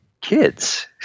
kids